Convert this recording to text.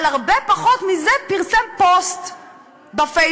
על הרבה פחות מזה פרסם פוסט בפייסבוק,